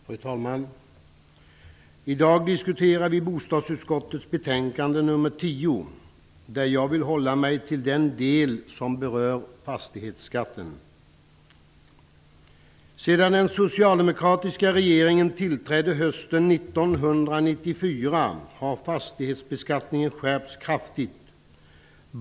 Fru talman! I dag diskuterar vi bostadsutskottets betänkande nr 10. Där vill jag hålla mig till den del som berör fastighetsskatten. Sedan den socialdemokratiska regeringen tillträdde hösten 1994 har fastighetsbeskattningen skärpts kraftigt.